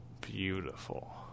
beautiful